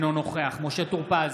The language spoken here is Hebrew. אינו נוכח משה טור פז,